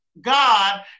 God